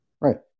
Right